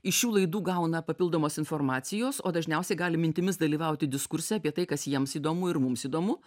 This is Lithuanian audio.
iš šių laidų gauna papildomos informacijos o dažniausiai gali mintimis dalyvauti diskurse apie tai kas jiems įdomu ir mums įdomu